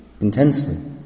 intensely